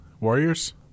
Warriors